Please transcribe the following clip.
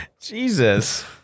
Jesus